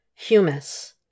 Humus